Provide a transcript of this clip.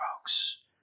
folks